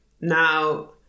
Now